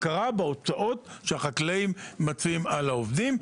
הכרה בהוצאות שהחקלאים מציעים על העובדים,